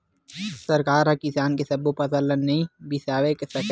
सरकार ह किसान के सब्बो फसल ल नइ बिसावय सकय